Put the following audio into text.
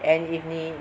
and if 你